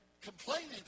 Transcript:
complaining